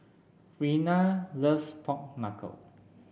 Rena loves Pork Knuckle